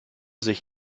sich